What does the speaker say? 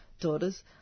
daughters –